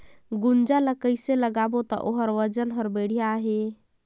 गुनजा ला कइसे लगाबो ता ओकर वजन हर बेडिया आही?